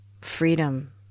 freedom